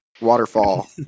Waterfall